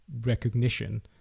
recognition